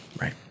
right